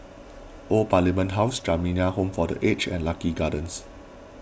Old Parliament House Jamiyah Home for the Aged and Lucky Gardens